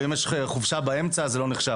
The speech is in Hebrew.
כלומר, אם יש לך חופשה באמצע, זה לא נחשב.